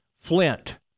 Flint